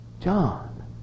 John